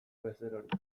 bezerorik